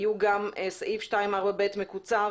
יהיו גם סעיף 4.2ב מקוצר